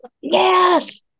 Yes